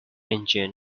engine